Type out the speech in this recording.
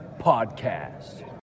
Podcast